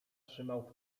trzymał